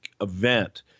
event